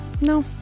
No